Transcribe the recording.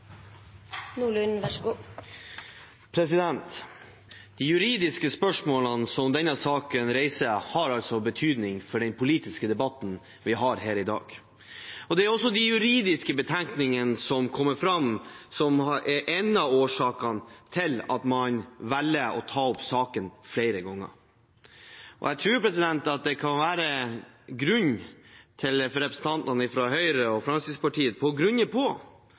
De juridiske spørsmålene som denne saken reiser, har betydning for den politiske debatten vi har her i dag. Det er også de juridiske betenkningene som kommer fram, som er en av årsakene til at man velger å ta opp saken flere ganger. Jeg tror det kan være grunn for representantene fra Høyre og Fremskrittspartiet til å grunne på